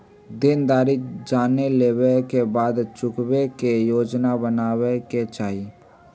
देनदारी जाने लेवे के बाद चुकावे के योजना बनावे के चाहि